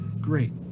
Great